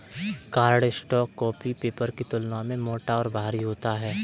cardstock copy paper की तुलना में मोटा और भारी होता है